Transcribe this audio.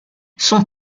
son